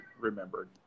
remembered